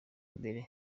imbere